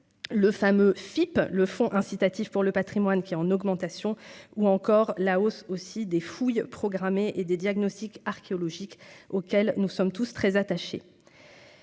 le fameux Philippe le fonds incitatifs pour le Patrimoine qui en augmentation ou encore la hausse aussi des fouilles programmées et des diagnostics archéologiques auquel nous sommes tous très attachés.